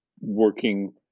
working